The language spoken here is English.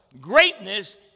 Greatness